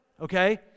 okay